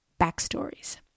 backstories